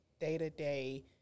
day-to-day